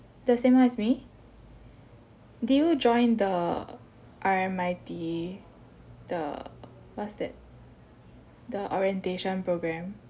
the same one as me did you join the R_M_I_T the what's that the orientation programme